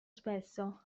spesso